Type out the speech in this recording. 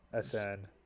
SN